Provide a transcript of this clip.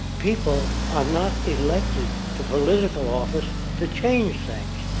people are not elected to political office to change things.